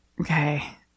Okay